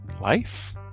life